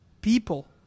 People